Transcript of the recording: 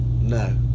No